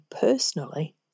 personally